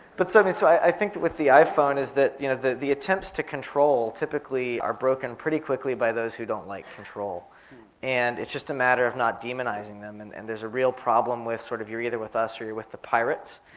but certainly so i think that with the iphone is that you know the the attempts to control typically are broken pretty quickly by those who don't like control and it's just a matter of not demonizing them. and and there's a real problem with sort of you're either with us or you're with the pirates,